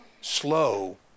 slow